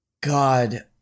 God